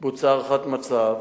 בוצעה הערכת מצב